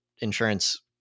insurance